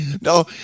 No